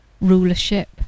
rulership